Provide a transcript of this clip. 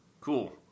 Cool